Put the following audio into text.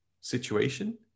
situation